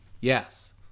Yes